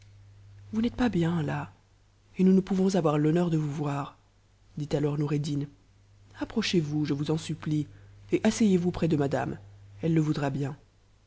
vous n'êtes pas bien là et nous ne pouvons avoir l'honneur de vous voir dit alors noureddin approchezy'ms je vous en supplie et asseyez-vous près de madame elle le voudra